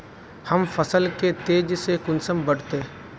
हम फसल के तेज से कुंसम बढ़बे?